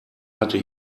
hatte